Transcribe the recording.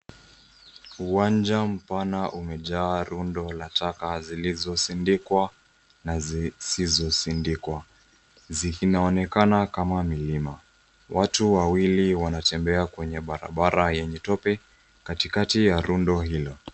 Uwanja mpana umejaa rundo la taka zilizosindikwa na zisizosindikwa. Zinaonekana kama milima. Watu wawili wanatembea kwenye barabara yenye tope, katikati ya rundo hilo.